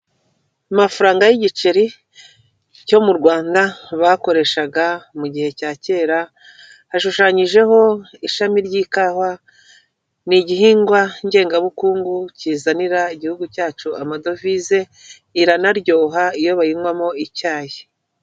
Amafaranga y'igiceri cyo mu Rwanda bakoreshaga mu gihe cya kera. Hashushanyijeho ishami ry'ikawa ni igihingwa ngengabukungu kizanira igihugu cyacu amadovize, iranaryoha iyo bayinywamo icyayi.